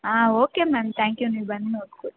ಹಾಂ okay ma'am thank you ನೀವು ಬಂದು ನೋಡಿ ಕೊಡಿ